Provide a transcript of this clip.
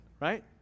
right